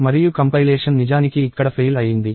మరియు కంపైలేషన్ నిజానికి ఇక్కడ ఫెయిల్ అయ్యింది